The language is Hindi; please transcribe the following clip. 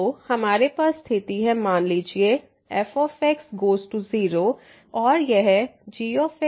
तो हमारे पास स्थिति है मान लीजिए f गोज़ टू 0 और यह gगोज़ टू है